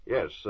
Yes